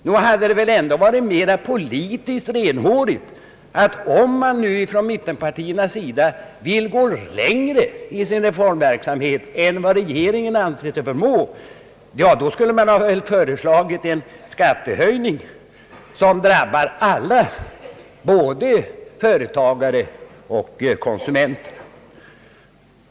Nog hade det varit mera politiskt renhårigt, om mittenpartierna vill gå längre i sin reformverksamhet än regeringen anser sig förmå, att de hade föreslagit en skattehöjning som drabbar alla, både företagare och konsumenter.